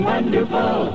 Wonderful